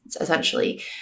essentially